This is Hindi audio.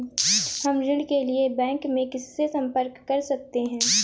हम ऋण के लिए बैंक में किससे संपर्क कर सकते हैं?